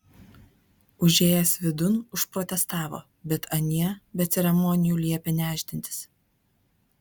užėjęs vidun užprotestavo bet anie be ceremonijų liepė nešdintis